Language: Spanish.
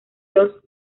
los